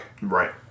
Right